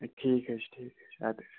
ٹھیٖک حظ چھُ ٹھیٖک حظ چھُ اَدٕ حظ